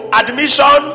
admission